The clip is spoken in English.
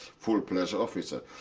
full-fledged officer.